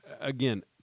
again